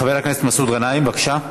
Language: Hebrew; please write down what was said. --- חבר הכנסת מסעוד גנאים, בבקשה.